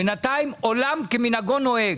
בינתיים עולם כמנהגו נוהג.